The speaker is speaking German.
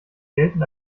gelten